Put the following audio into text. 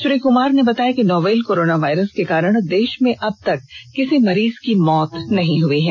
श्री कुमार ने बताया कि नोवल कोराना वायरस के कारण देश में अब तक किसी मरीज की मौत नहीं हुई है